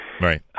Right